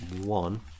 one